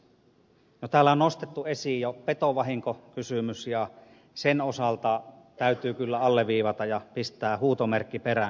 täällä on nostettu esiin jo petovahinkokysymys ja sen osalta täytyy kyllä alleviivata ja pistää huutomerkki perään